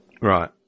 Right